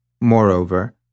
Moreover